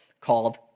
called